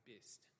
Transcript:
best